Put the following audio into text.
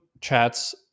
chats